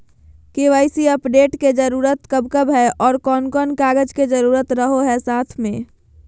KYC update के जरूरत कब कब है और कौन कौन कागज के जरूरत रहो है साथ में?